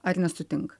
ar nesutinka